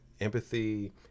empathy